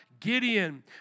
Gideon